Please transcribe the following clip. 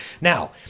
Now